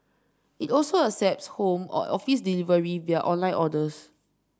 it also accepts home or office delivery via online orders